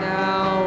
now